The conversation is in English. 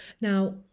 Now